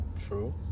True